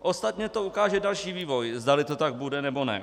Ostatně to ukáže další vývoj, zdali to tak bude, nebo ne.